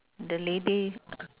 the lady